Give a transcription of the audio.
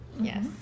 Yes